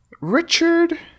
Richard